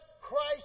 Christ